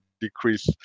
decrease